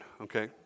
okay